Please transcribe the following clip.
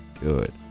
good